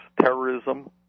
terrorism